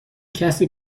کسی